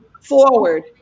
forward